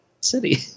city